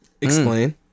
Explain